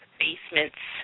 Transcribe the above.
basements